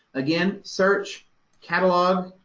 again, search catalog.